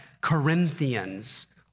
Corinthians